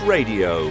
Radio